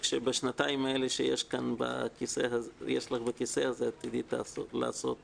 שבשנתיים האלה שיש לך בכיסא הזה את תדעי לעשות